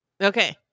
Okay